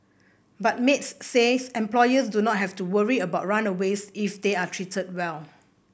but maids says employers do not have to worry about runaways if they are treated well